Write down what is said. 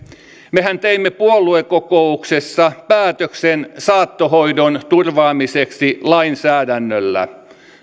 mehän teimme puoluekokouksessa päätöksen saattohoidon turvaamiseksi lainsäädännöllä